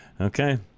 Okay